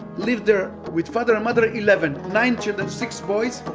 lived there, with father and mother, eleven. nine children six boys,